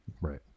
Right